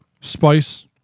spice